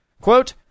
Quote